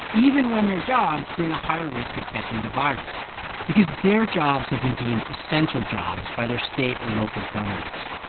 even when their jobs bring a higher risk of catching the virus because their jobs have been deemed essential jobs by their state or local governments.